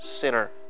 sinner